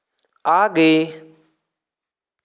आगे